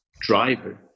driver